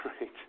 right